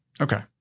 Okay